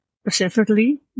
specifically